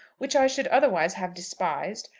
which i should otherwise have despised,